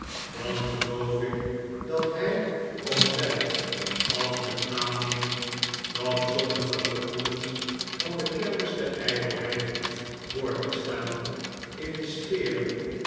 dan geloof ik dat hij of zij als men aanneemt dat sommige gevoelens van de kermis der ijdelheid voortbestaan in de sferen